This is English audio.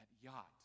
yacht